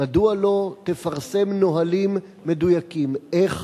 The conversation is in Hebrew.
מדוע לא תפרסם נהלים מדויקים איך